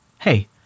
Hey